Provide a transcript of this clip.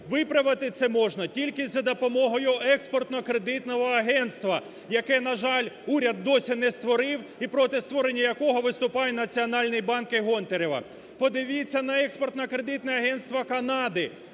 Виправити це можна тільки за допомогою Експортно-кредитного агентства яке, на жаль, уряд досі не створив і проти створення якого виступає Національний банк і Гонтарєва. Подивіться на Експертно-кредитне агентство Канади.